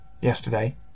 Yesterday